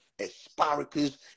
asparagus